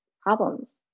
problems